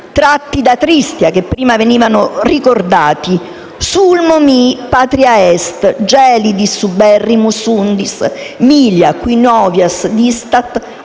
tratti da Tristia, che prima venivano ricordati: «*Sulmo mihi patria est, gelidis uberrimus undis, milia qui novies distat